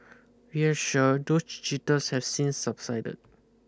we're sure those jitters have since subsided